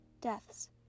Deaths